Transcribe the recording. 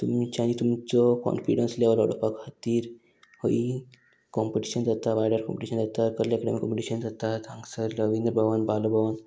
तुमच्यांनी तुमचो confidence level वाडोवपा खातीर खंयी कॉम्पिटिशन जाता वाड्यार कॉम्पिटिशन जाता कल्मी कॉम्पिटिशन जाता हांगसर रविंद्र भवन बाल भवन